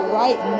right